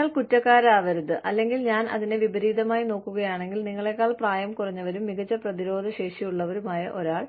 നിങ്ങൾ കുറ്റക്കാരാവരുത് അല്ലെങ്കിൽ ഞാൻ അതിനെ വിപരീതമായി നോക്കുകയാണെങ്കിൽ നിങ്ങളേക്കാൾ പ്രായം കുറഞ്ഞവരും മികച്ച പ്രതിരോധശേഷിയുള്ളവരുമായ ഒരാൾ